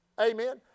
amen